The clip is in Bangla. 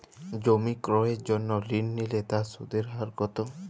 জমি ক্রয়ের জন্য ঋণ নিলে তার সুদের হার কতো?